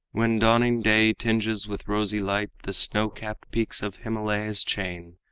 when dawning day tinges with rosy light the snow-capped peaks of himalaya's chain,